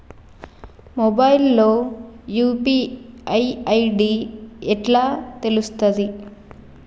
Mobile లో UPI ID ఎట్లా తెలుస్తది?